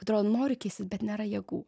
atrodo noriu keistis bet nėra jėgų